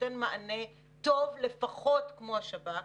שנותן מענה טוב לפחות כמו השב"כ,